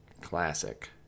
Classic